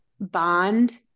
bond